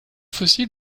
fossiles